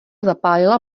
zapálila